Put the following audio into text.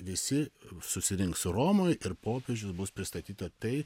visi susirinks romoj ir popiežius bus pristatyta tai